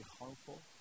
harmful